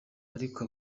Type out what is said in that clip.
ariko